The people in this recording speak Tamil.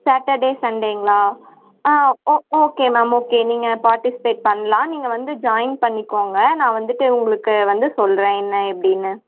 சேட்டர்டே சண்டேங்களா ah oh oh okay ma'am okay நீங்கள் பார்ட்டிஸ்பேட் பண்ணலாம் நீங்கள் வந்து ஜாயின் பண்ணிக்கங்க நான் வந்துட்டு உங்களுக்கு வந்து சொல்கிறேன் என்ன எப்படின்னு